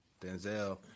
Denzel